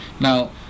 Now